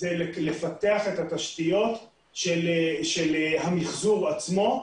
זה לפתח את התשתיות של המחזור עצמו,